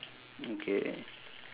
okay